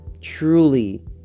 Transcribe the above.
truly